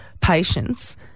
patients